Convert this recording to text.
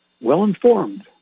well-informed